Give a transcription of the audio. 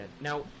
now